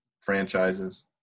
franchises